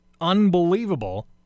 unbelievable